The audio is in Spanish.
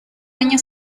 año